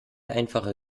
einfache